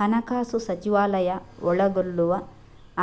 ಹಣಕಾಸು ಸಚಿವಾಲಯ ಒಳಗೊಳ್ಳುವ